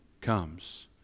comes